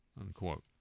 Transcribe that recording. Unquote